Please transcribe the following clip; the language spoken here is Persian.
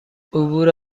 عبور